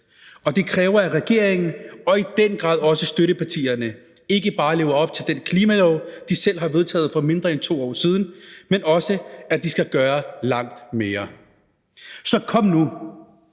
dag. Det kræver, at regeringen og i den grad også støttepartierne ikke bare lever op til den klimalov, de selv har vedtaget for mindre end 2 år siden, men også at de skal gøre langt mere. Så kom nu!